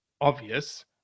obvious